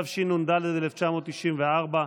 התשנ"ד 1994,